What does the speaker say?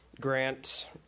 Grant